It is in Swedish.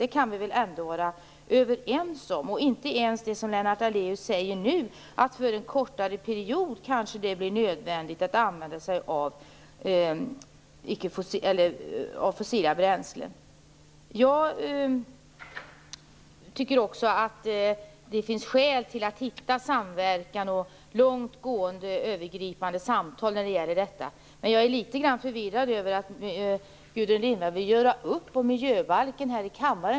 Det kan vi väl ändå vara överens om? Nu säger Lennart Daléus att det kanske blir nödvändigt att använda sig av fossila bränslen för en kortare period. Jag tycker också att det finns skäl att hitta former för samverkan och långtgående övergripande samtal om detta. Men jag är litet förvirrad över att Gudrun Lindvall vill göra upp om miljöbalken här i kammaren.